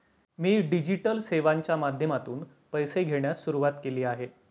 मी digital सेवांच्या माध्यमातून पैसे घेण्यास सुरुवात केली आहे